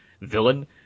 villain